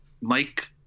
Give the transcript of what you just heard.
Mike